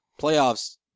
playoffs